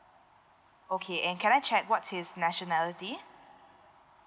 okay and can I check what's his nationality